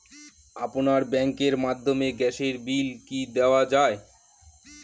আপনার ব্যাংকের মাধ্যমে গ্যাসের বিল কি দেওয়া য়ায়?